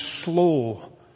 slow